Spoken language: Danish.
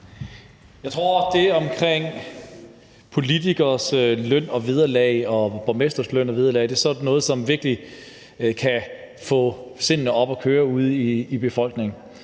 Jeg tror, at det omkring politikeres løn og vederlag og borgmestres løn og vederlag er sådan noget, som virkelig kan få sindene i kog ude i befolkningen,